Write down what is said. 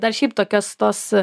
dar šiaip tokios tos